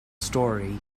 story